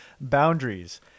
boundaries